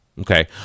okay